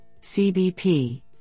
CBP